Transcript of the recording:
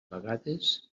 vegades